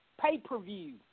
Pay-per-view